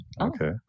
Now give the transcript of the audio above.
Okay